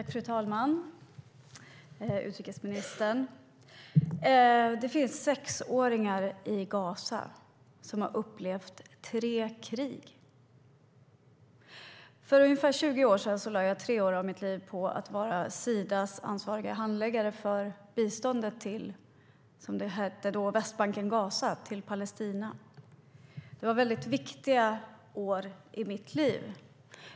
Fru talman! Utrikesministern! Det finns sexåringar i Gaza som har upplevt tre krig. För ungefär 20 år sedan lade jag tre år att mitt liv på att vara Sidas ansvariga handläggare för biståndet till Västbanken/Gaza, som det då hette, och Palestina. Det var väldigt viktiga år i mitt liv.